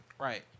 Right